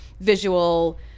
visual